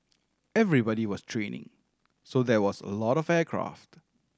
everybody was training so there was a lot of aircraft